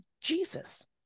Jesus